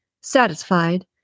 Satisfied